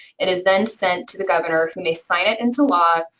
it is then sent to the governor, who may sign it into law,